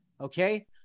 Okay